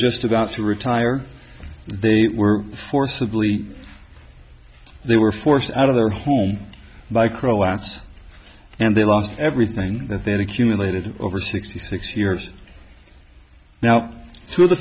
just about to retire they were forcibly they were forced out of their home by croats and they lost everything that they had accumulated over sixty six years now